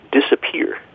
disappear